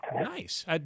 nice